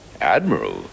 Admiral